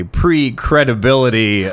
pre-credibility